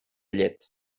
llet